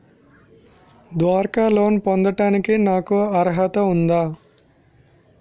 డ్వాక్రా లోన్ పొందటానికి నాకు అర్హత ఉందా?